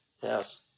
Yes